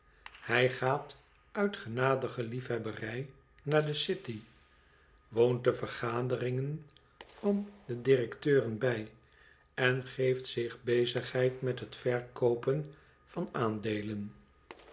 hij gaat uit genadige liefhebberij naar de city woont de vergaderingen van directeuren bij en geeft zich bezigheid met het verkoopen van aandeelen